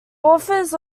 authors